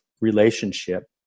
relationship